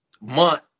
month